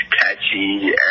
catchy